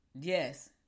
Yes